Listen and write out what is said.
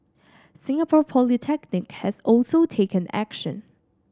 Singapore Polytechnic has also taken action